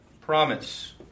promise